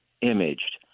imaged